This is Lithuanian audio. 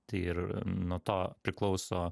tai ir nuo to priklauso